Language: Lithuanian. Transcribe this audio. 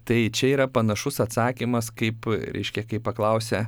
tai čia yra panašus atsakymas kaip reiškia kai paklausia